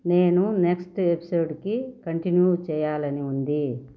నేకు next ఎపిసోడ్కి continue చెయ్యాలని ఉంది